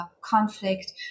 conflict